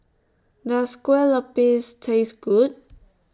Does Kueh Lopes Taste Good